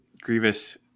grievous